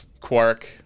Quark